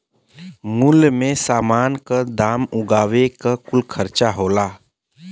मूल्य मे समान क दाम उगावे क कुल खर्चा होला